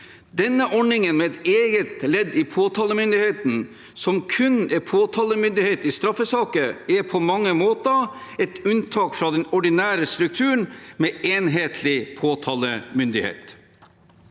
Denne ordningen med et eget ledd i påtalemyndigheten som kun er påtalemyndighet i straffesaker, er på mange måter et unntak fra den ordinære strukturen med enhetlig påtalemyndighet.